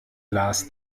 lars